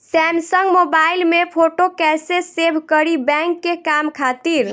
Samsung mobile में photo कैसे save करीं बैंक के काम खातिर?